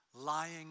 lying